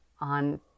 on